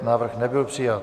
Návrh nebyl přijat.